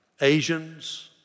Asians